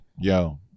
Yo